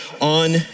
on